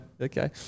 okay